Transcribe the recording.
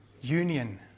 union